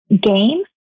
game